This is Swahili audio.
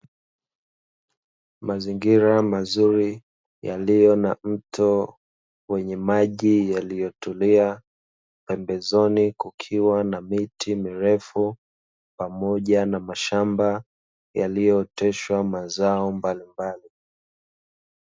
Mazingira mazuri yaliyo na mto wenye maji yaliyotulia, pembezoni kukiwa na miti mirefu pamoja na mashamba yaliyooteshwa mazao mbalimbali.